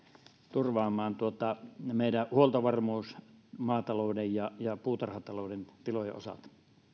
turvaamaan meidän huoltovarmuutemme maatalouden ja ja puutarhatalouden tilojen osalta